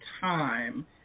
time